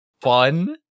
fun